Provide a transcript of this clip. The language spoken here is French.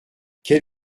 quel